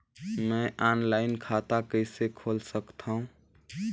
मैं ऑनलाइन खाता कइसे खोल सकथव?